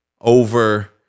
over